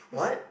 what